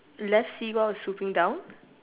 left seagull is looking down